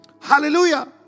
Hallelujah